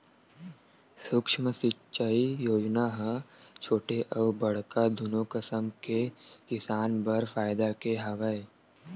सुक्ष्म सिंचई योजना ह छोटे अउ बड़का दुनो कसम के किसान बर फायदा के हवय